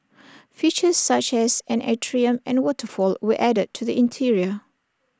features such as an atrium and waterfall were added to the interior